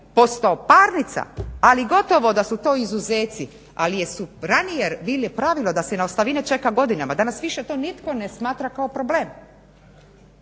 postao parnica ali gotovo da su to izuzeci ali jesu ranije bili pravilo da se na ostavine čeka godinama. Danas više nitko to ne smatra kao problem.